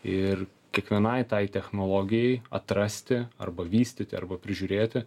ir kiekvienai tai technologijai atrasti arba vystyti arba prižiūrėti